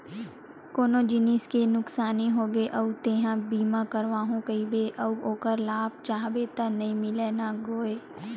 कोनो जिनिस के नुकसानी होगे अउ तेंहा बीमा करवाहूँ कहिबे अउ ओखर लाभ चाहबे त नइ मिलय न गोये